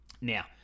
Now